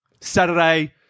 Saturday